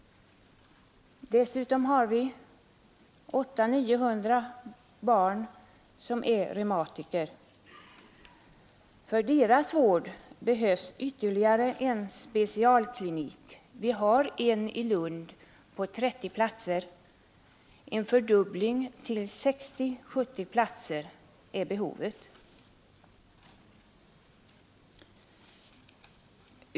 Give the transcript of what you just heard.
Dessutom finns det 800 å 900 barn som är reumatiker. För deras vård behövs ytterligare en specialklinik. Vi har en klinik i Lund på 30 platser — en fördubbling till 60-70 platser är behovet.